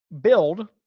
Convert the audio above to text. build